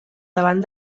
davant